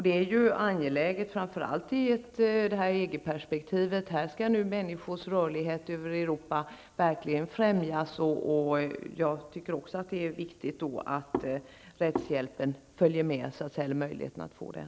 Det är angeläget framför allt i EG perspektivet när människors rörlighet i Europa verkligen skall främjas. Jag tycker att det är viktigt att även möjligheterna att få rättshjälp följer med där.